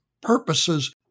purposes